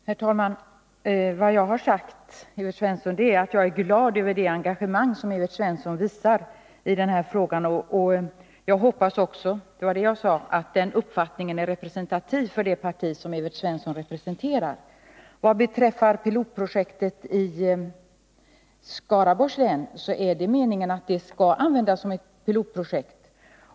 Herr talman! Vad jag har sagt, Evert Svensson, är att jag är glad över det engagemang som Evert Svensson visar i denna fråga. Jag hoppas att denna uppfattning är representativ för det parti som Evert Svensson företräder. Vad beträffar pilotprojektet i Skaraborgs län är det meningen att det skall användas som ett pilotprojekt.